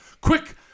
Quick